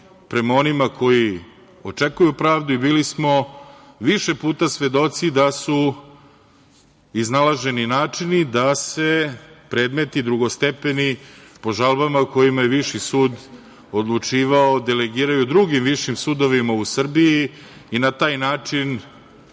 prema onima koji očekuju pravdu i bili smo više puta svedoci da su iznalaženi načini da se predmeti drugostepeni po žalbama kojima je Viši sud odlučivao delegiraju drugim višim sudovima u Srbiji i na taj način